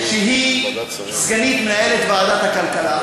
שהיא סגנית מנהלת ועדת הכלכלה,